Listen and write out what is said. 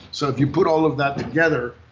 so if you put all of that together,